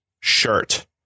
shirt